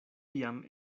jam